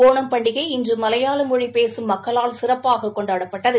ஒணம்பண்டிகை இன்று மலையாள மொழி பேசும் மக்களால் சிறப்பாக கொண்டாடப்பட்டது